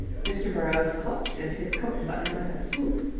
mr. burrowes clutched at his coat-button with a swoop,